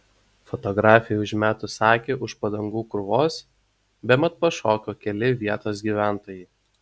fotografei užmetus akį už padangų krūvos bemat pašoko keli vietos gyventojai